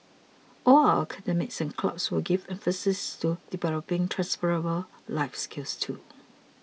all our academies and clubs will give emphases to developing transferable life skills too